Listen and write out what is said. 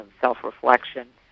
self-reflection